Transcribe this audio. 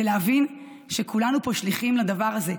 ולהבין שכולנו פה שליחים לדבר הזה,